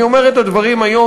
אני אומר את הדברים היום,